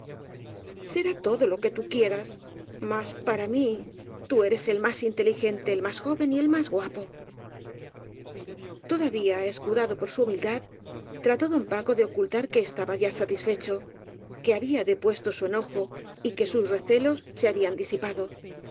será todo lo que tú quieras mas para mí tú eres el más inteligente el más joven y el más guapo todavía escudado por su humildad trató don paco de ocultar que estaba ya satisfecho que había depuesto su enojo y que sus recelos se habían